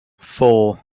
four